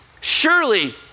Surely